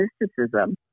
mysticism